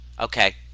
Okay